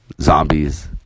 zombies